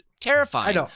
terrifying